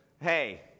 hey